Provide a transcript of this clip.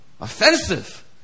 Offensive